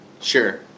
sure